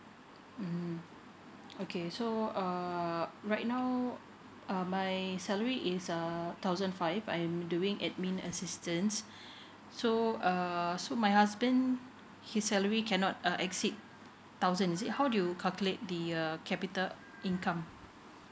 mm okay so uh right now uh my my salary is a thousand five I am doing admin assistance so err so my husband his salary cannot uh exceed a thousand is it how do you calculate the uh capita income